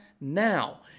now